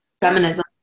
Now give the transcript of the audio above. feminism